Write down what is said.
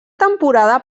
temporada